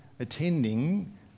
attending